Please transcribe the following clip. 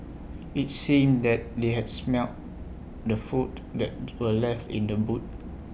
IT seemed that they had smelt the food that were left in the boot